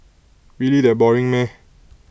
really that boring meh